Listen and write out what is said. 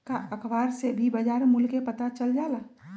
का अखबार से भी बजार मूल्य के पता चल जाला?